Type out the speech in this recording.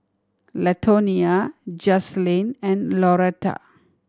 Latonia Jazlynn and Laurette